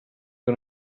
que